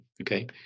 Okay